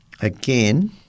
again